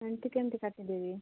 ଏମିତି କେମିତି କାଟିଦେବି